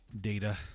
data